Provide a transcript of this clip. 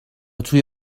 توی